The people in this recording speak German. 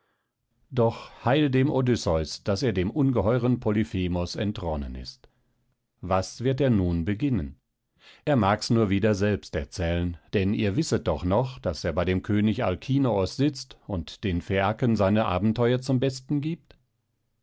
doch heil dem odysseus daß er dem ungeheuren polyphemos entronnen ist was wird er nun beginnen er mag's nur wieder selbst erzählen denn ihr wisset doch noch daß er bei dem könig alkinoos sitzt und den phäaken seine abenteuer zum besten giebt